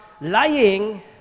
lying